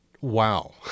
wow